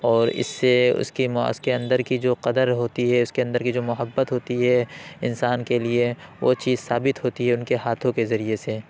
اور اس سے اس کے اندر کی جو قدر ہوتی ہے اس کے اندر کی جو محبت ہوتی ہے انسان کے لیے وہ چیز ثابت ہوتی ہے ان کے ہاتھوں کے ذریعے سے